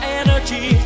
energy